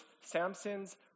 Samson's